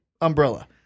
umbrella